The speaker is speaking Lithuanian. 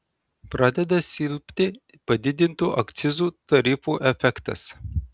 pradeda silpti padidintų akcizų tarifų efektas